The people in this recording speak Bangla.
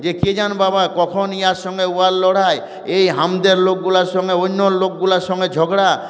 যে কে জানে বাবা কখন ইহার সঙ্গে উহার লড়াই এই আমাদের লোকগুলোর সঙ্গে অন্য লোকগুলোর সঙ্গে ঝগড়া